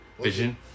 Vision